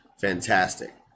Fantastic